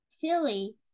Philly